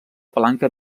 palanca